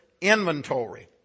inventory